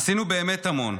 עשינו באמת המון,